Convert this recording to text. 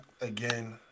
again